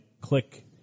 click